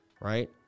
right